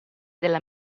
della